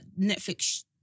Netflix